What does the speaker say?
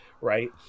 right